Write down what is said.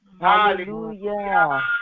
Hallelujah